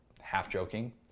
Half-joking